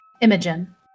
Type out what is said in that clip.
Imogen